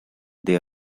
they